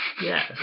Yes